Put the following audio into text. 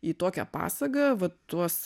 į tokią pasagą va tuos